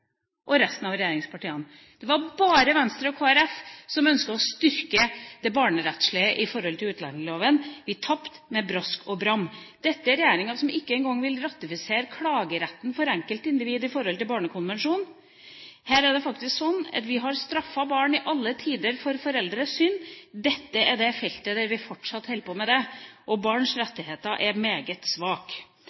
og resten av regjeringspartiene. Det var bare Venstre og Kristelig Folkeparti som ønsket å styrke det barnerettslige i utlendingsloven. Vi tapte med brask og bram. Dette er regjeringa som ikke engang vil ratifisere klageretten for enkeltindivid etter barnekonvensjonen. Vi har straffet barn i alle tider for foreldrenes synd. Dette er det feltet der vi fortsatt holder på med det, og barns rettigheter er meget svake. Derfor er det en svak